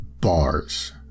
bars